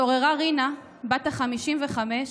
התעוררה רינה" בת 55,